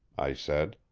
i said.